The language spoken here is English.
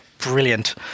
Brilliant